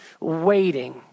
waiting